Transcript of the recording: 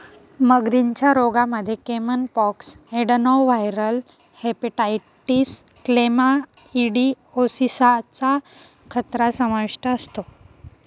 मगरींच्या रोगांमध्ये caiman pox, adenoviral hepatitis, chlamydiosis चा खतरा समाविष्ट असतो